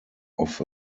off